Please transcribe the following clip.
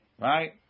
right